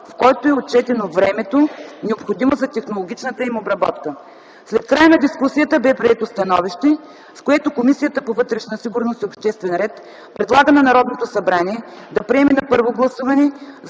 в който е отчетено времето, необходимо за технологичната им обработка. След края на дискусията бе прието становище, с което Комисията по вътрешна сигурност и обществен ред предлага на Народното събрание да приеме на първо гласуване